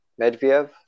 Medvedev